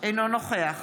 אינו נוכח